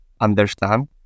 understand